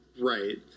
Right